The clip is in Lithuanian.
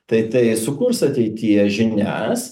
tai tai sukurs ateityje žinias